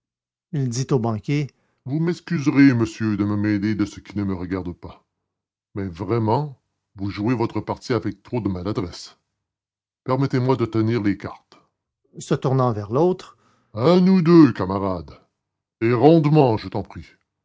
il dit au banquier vous m'excuserez monsieur de me mêler de ce qui ne me regarde pas mais vraiment vous jouez votre partie avec trop de maladresse permettez-moi de tenir les cartes se tournant vers l'autre à nous deux camarade et rondement je t'en prie